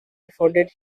afforded